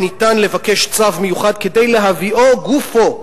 ואפשר לבקש צו מיוחד כדי להביאו גופו,